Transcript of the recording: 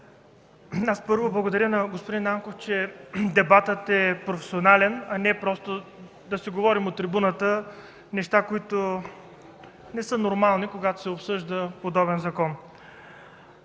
Първо, благодаря на господин Нанков, че дебатът е професионален, а не просто да си говорим от трибуната неща, които не са нормални, когато се обсъжда подобен закон.